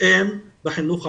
אין בחינוך הערבי.